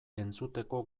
entzuteko